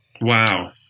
Wow